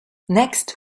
next